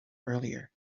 earlier